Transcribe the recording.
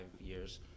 years